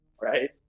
Right